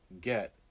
get